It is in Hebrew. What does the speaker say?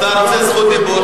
אתה רוצה זכות דיבור,